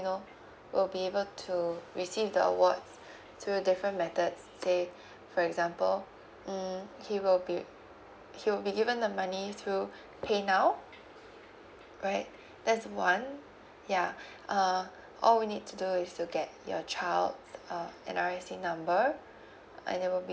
you know will be able to receive the award through different methods say for example mm he will be he will be given the money through paynow right that's one ya uh all we need to do is to get your child uh N_R_I_C number and it will be